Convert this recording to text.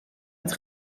het